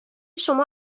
شما